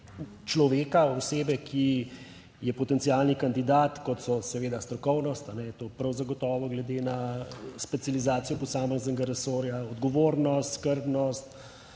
človeka, osebe, ki je potencialni kandidat, kot so seveda strokovnost, je to prav zagotovo glede na specializacijo posameznega resorja, odgovornost, skrbnost,